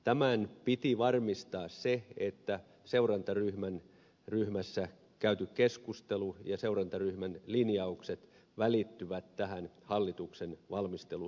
tämän piti varmistaa se että seurantaryhmässä käyty keskustelu ja seurantaryhmän linjaukset välittyvät tähän hallituksen valmistelutyöhön